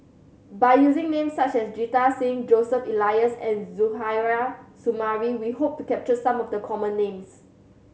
by using names such as Jita Singh Joseph Elias and Suzairhe Sumari we hope to capture some of the common names